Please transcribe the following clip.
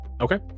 Okay